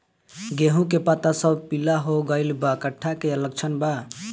गेहूं के पता सब पीला हो गइल बा कट्ठा के लक्षण बा?